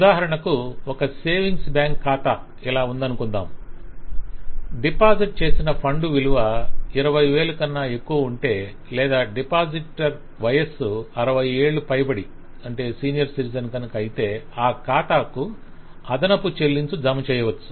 ఉదాహరణకు ఒక savings bank ఖాతా ఇలా ఉందనుకొందాం డిపాజిట్ చేసిన ఫండ్ విలువ 20000 కన్నా ఎక్కువ ఉంటే లేదా డిపాజిటర్ వయస్సు 60 ఏళ్లు పైబడి ఉంటే ఆ ఖాతాకు అదనపు చెల్లింపు జమ చేయవచ్చు